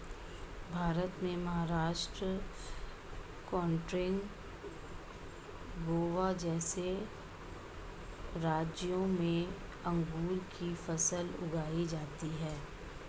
भारत में महाराष्ट्र, कर्णाटक, गोवा जैसे राज्यों में अंगूर की फसल उगाई जाती हैं